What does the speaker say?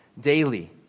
daily